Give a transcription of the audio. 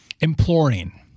imploring